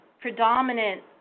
predominant